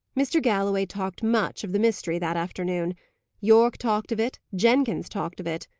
mr. galloway talked much of the mystery that afternoon yorke talked of it jenkins talked of it.